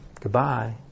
Goodbye